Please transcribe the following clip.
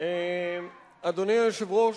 אדוני היושב-ראש,